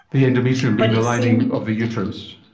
the endometrium being the lining of the uterus.